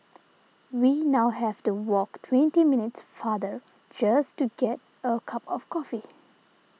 we now have to walk twenty minutes farther just to get a cup of coffee